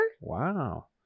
Wow